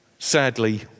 Sadly